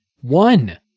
one